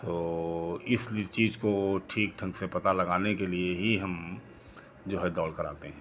तो इस चीज को ठीक ढंग से पता लगाने के लिए ही हम जो है दौड़ कराते हैं